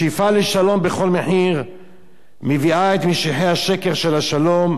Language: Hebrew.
השאיפה לשלום בכל מחיר מביאה את משיחי השקר של השלום,